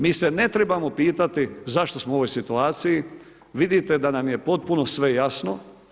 Mi se ne trebamo pitati zašto smo u ovoj situaciji, vidite da nam je potpuno sve jasno.